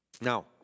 Now